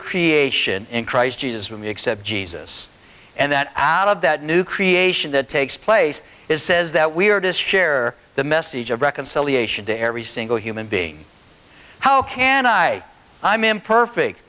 creation in christ jesus with me except jesus and that out of that new creation that takes place it says that we are to share the message of reconciliation to every single human being how can i i'm imperfect